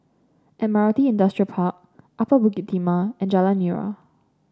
Admiralty Industrial Park Upper Bukit Timah and Jalan Nira